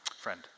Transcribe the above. Friend